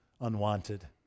unwanted